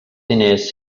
diners